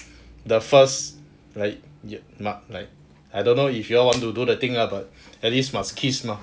the first like not like I don't know if you all want to do the thing lah but at least must kiss mah